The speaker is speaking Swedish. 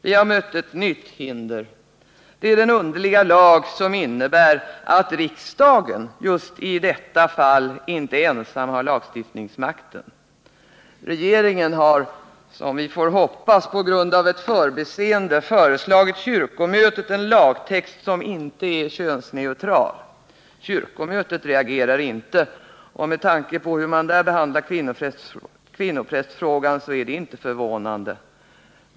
Nu har vi mött ett nytt hinder, nämligen den underliga lag som innebär att riksdagen just i detta fall inte ensam har lagstiftningsmakten. Regeringen har, på grund av ett förbiseende, får vi hoppas, föreslagit kyrkomötet en lagtext som inte är könsneutral. Kyrkomötet reagerade inte, och med tanke på hur man där behandlade kvinnoprästfrågan är det inte förvånande.